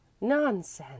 Nonsense